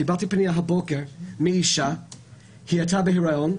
קיבלתי פנייה הבוקר מאישה שהייתה בהיריון,